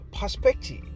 perspective